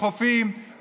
בחופים.